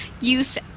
use